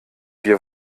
wir